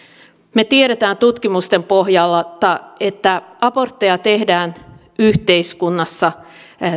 me tiedämme tutkimusten pohjalta että abortteja tehdään yhteiskunnassa